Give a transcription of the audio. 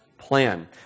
plan